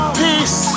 peace